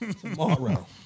tomorrow